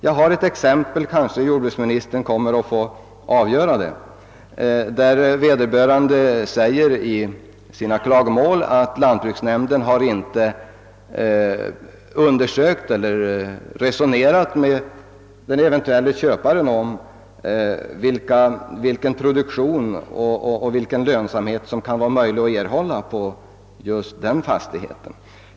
Jag kan nämna ett fall — jordbruksministern kanske kommer att få avgöra det — där vederbörande i sina klagomål säger att lantbruksnämnden inte har resonerat med den eventuelle köparen om vilken produktion och lönsamhet som kan vara möjliga att erhålla på just den fastigheten.